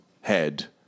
head